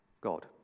God